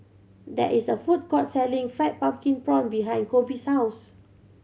there is a food court selling Fried Pumpkin Prawns behind Koby's house